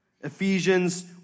Ephesians